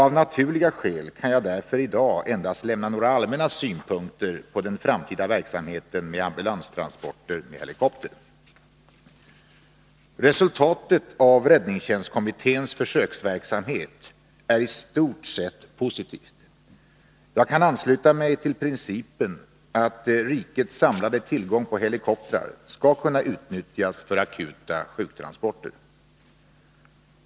Av naturliga skäl kan jag därför i dag endast lämna några allmänna synpunkter på den framtida verksamheten med ambulanstransporter med helikopter. Resultatet av räddningstjänstkommitténs försöksverksamhet är i stort sett positivt. Jag kan ansluta mig till principen att rikets samlade tillgång på helikoptrar skall kunna utnyttjas för akuta sjuktransporter.